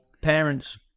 parents